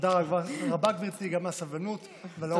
תודה רבה, גברתי, גם על הסבלנות ועל אורך הרוח.